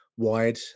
wide